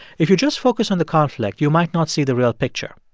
if you just focus on the conflict, you might not see the real picture.